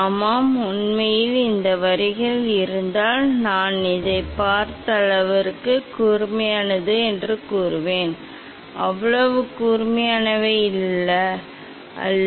ஆமாம் உண்மையில் இந்த வரிகள் இருந்தால் நான் இதைப் பார்த்தால் இவை மிகவும் கூர்மையானவை ஆனால் கேமரா மூலம் அவ்வளவு கூர்மையானவை அல்ல